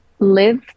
live